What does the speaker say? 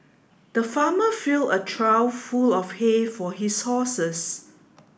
the farmer fill a trough full of hay for his horses